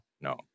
no